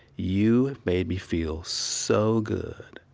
you made me feel so good.